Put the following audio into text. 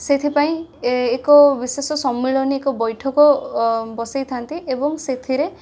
ସେଥିପାଇଁ ଏକ ବିଶେଷ ସମ୍ମିଳନୀ ଏକ ବୈଠକ ଅ ବସେଇଥାନ୍ତି ଏବଂ ସେଥିରେ